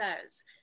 says